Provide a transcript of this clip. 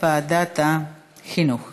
מנחם בגין מדי פעם,